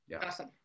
Awesome